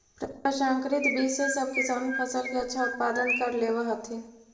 प्रसंकरित बीज से सब किसान फसल के अच्छा उत्पादन कर लेवऽ हथिन